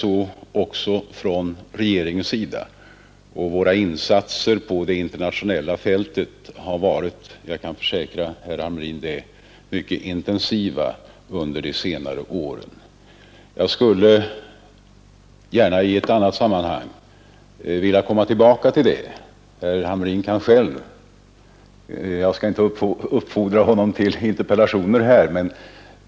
Vi har också från regeringens sida sett det så, och våra insatser på det internationella fältet har varit mycket intensiva under de senare åren, det kan jag försäkra herr Hamrin. Jag skall gärna komma tillbaka till den saken i annat sammanhang, och herr Hamrin kan själv där ta initiativ — även om jag inte här skall uppfordra honom att framställa interpellationer.